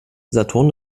saturn